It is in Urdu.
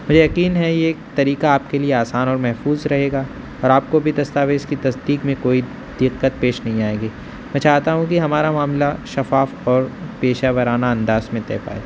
مجھے یقین ہے یہ ایک طریقہ آپ کے لیے آسان اور محفوظ رہے گا اور آپ کو بھی دستاویز کی تصدیق میں کوئی دقت پیش نہیں آئے گی میں چاہتا ہوں کہ ہمارا معاملہ شفاف اور پیشے ورانہ انداز میں طے پائے